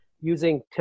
using